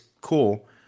cool